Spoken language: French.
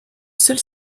seul